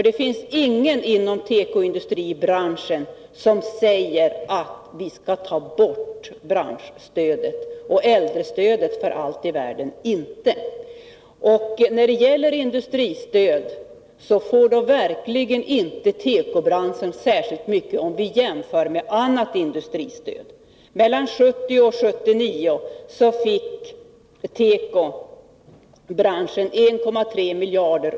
Det finns ingen inom tekoindustribranschen som säger att vi skall ta bort branschstödet eller för allt i världen, äldrestödet. När det gäller industristöd får verkligen inte tekobranschen särskilt mycket om vi jämför med annat industristöd. Mellan 1970 och 1979 fick tekobranschen ungefär 1,3 miljarder.